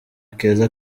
keza